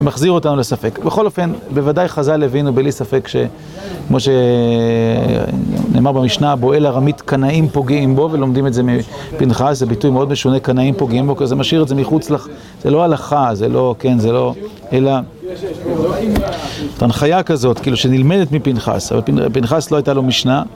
מחזיר אותנו לספק. בכל אופן, בוודאי חז"ל הבינו בלי ספק שכמו שנאמר במשנה - הבועל ארמית קנאים פוגעים בו, ולומדים את זה מפנחס, זה ביטוי מאוד משונה, קנאים פוגעים בו, כי זה משאיר את זה מחוץ ל... זה לא הלכה, זה לא... כן? זה לא, אלא זאת הנחיה כזאת, כאילו שנלמדת מפנחס, אבל פנחס - לא הייתה לו משנה